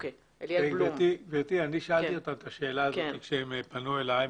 שאלתי אותם את השאלה כשהם פנו אלי,